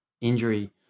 injury